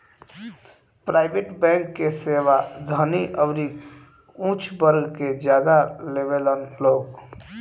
private bank के सेवा धनी अउरी ऊच वर्ग के ज्यादा लेवेलन लोग